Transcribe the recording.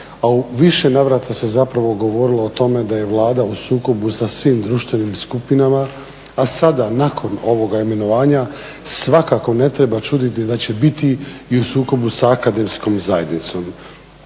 više navrata se zapravo govorilo o tome da je Vlada u sukobu sa svim društvenih skupinama a sada nakon ovoga imenovanja svakako ne treba čuditi da će biti i u sukobu sa akademskom zajednicom